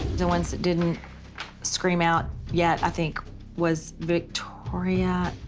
the ones that didn't scream out, yeah, i think was victoria,